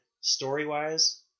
story-wise